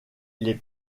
les